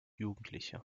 jugendliche